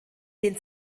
den